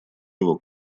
его